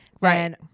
right